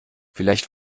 vielleicht